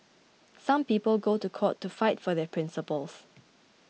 some people go to court to fight for their principles